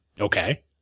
Okay